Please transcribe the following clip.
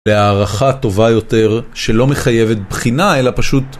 להערכה טובה יותר שלא מחייבת בחינה אלא פשוט...